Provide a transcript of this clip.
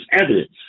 evidence